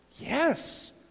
yes